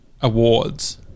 awards